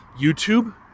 YouTube